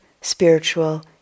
spiritual